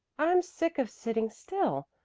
i'm sick of sitting still,